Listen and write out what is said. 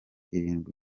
irindwi